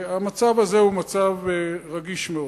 והמצב הזה הוא מצב רגיש מאוד.